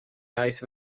eyes